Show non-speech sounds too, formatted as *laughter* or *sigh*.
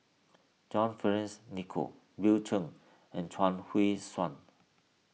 *noise* John Fearns Nicoll Bill Chen and Chuang Hui Tsuan